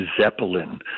Zeppelin